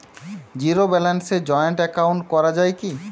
Zero ব্যালেন্সে joint account করা য়ায় কি?